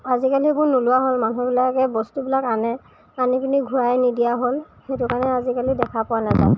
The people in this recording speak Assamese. আজিকালি এইবোৰ নোলোৱা হ'ল মানুহবিলাকে বস্তুবিলাক আনে আনিপিনি ঘূৰাই নিদিয়া হ'ল সেইটোকাৰণে আজিকালি দেখা পোৱা নাযায়